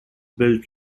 built